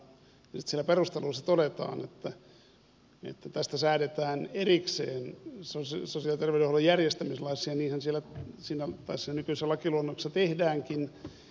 sitten siellä perusteluissa todetaan että tästä säädetään erikseen sosiaali ja terveydenhuollon järjestämislaissa ja niinhän tässä nykyisessä lakiluonnoksessa tehdäänkin